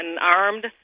armed